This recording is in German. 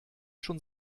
schon